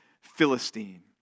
Philistine